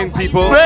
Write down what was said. people